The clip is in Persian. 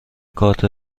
کارت